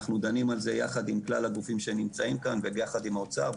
אנחנו דנים בזה יחד עם כלל הגופים שנמצאים כאן ויחד עם האוצר.